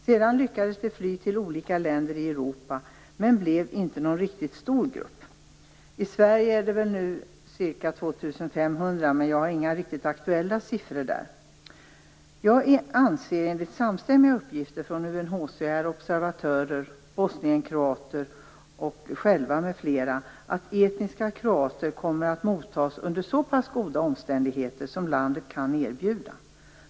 Sedan lyckades de fly till olika länder i Europa, men de blev inte någon riktigt stor grupp. I Sverige är de väl nu ca 2 500, men jag har inga riktigt aktuella siffror. Jag anser, utifrån samstämmiga uppgifter från UNHCR:s observatörer, bosnienkroater själva m.fl., att etniska kroater kommer att mottas under så pass goda omständigheter som landet kan erbjuda.